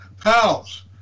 pals